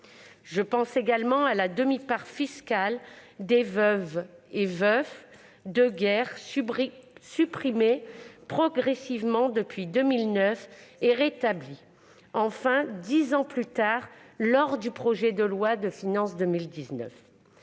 Je pense également à la demi-part fiscale des veuves et veufs de guerre, supprimée progressivement depuis 2009 et rétablie enfin dix ans plus tard dans le cadre de la loi de finances pour